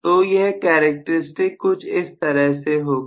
तो यह character stick कुछ इस तरह से होगी